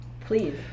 Please